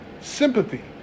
sympathy